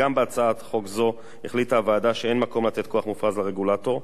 גם בהצעת חוק זו החליטה הוועדה שאין מקום לתת כוח מופרז לרגולטור,